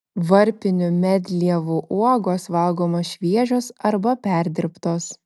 varpinių medlievų uogos valgomos šviežios arba perdirbtos